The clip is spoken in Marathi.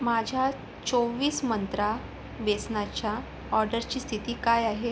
माझ्या चोवीस मंत्रा बेसनाच्या ऑर्डरची स्थिती काय आहे